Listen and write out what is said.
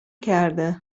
کرده